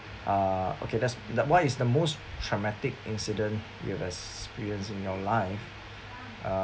ah okay that's what is the most traumatic incident you have experience in your life uh